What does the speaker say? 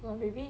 well maybe